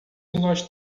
nós